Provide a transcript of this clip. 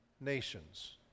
nations